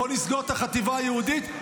בוא נסגור את החטיבה היהודית,